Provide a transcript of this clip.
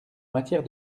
matière